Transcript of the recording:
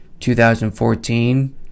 2014